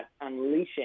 unleashing